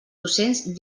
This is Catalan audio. docents